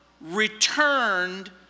returned